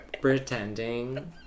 pretending